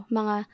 mga